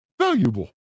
valuable